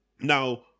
Now